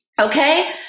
Okay